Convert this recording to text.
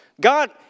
God